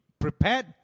prepared